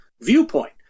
viewpoint